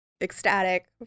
ecstatic